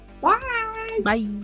bye